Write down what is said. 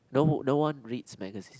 no no one reads magazines